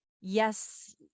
yes